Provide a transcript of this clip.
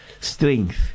strength